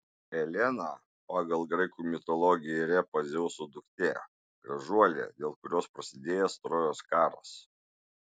elena pagal graikų mitologiją ir epą dzeuso duktė gražuolė dėl kurios prasidėjęs trojos karas